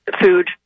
food